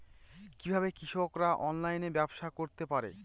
কিভাবে কৃষকরা অনলাইনে ব্যবসা করতে পারে?